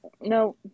No